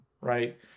right